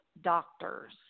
Doctors